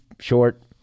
short